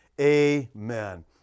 Amen